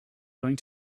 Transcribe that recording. going